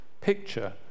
picture